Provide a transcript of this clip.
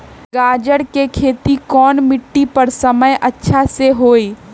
गाजर के खेती कौन मिट्टी पर समय अच्छा से होई?